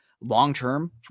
long-term